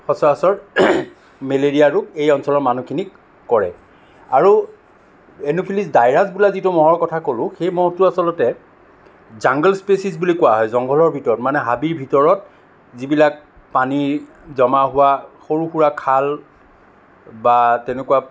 সচৰাচৰ মেলেৰিয়া ৰোগ এই অঞ্চলৰ মানুহখিনিক কৰে আৰু এন'ফিলিছ ডাইৰাছ বোলা যিটো মহৰ কথা ক'লো সেই মহটো আচলতে জাংগল স্পেচিছ বুলি কোৱা হয় জংঘলৰ ভিতৰত মানে হাবিৰ ভিতৰত যিবিলাক পানী জমা হোৱা সৰু সুৰা খাল বা তেনেকুৱা